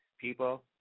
People